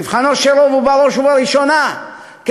מבחנו של רוב הוא בראש ובראשונה כיצד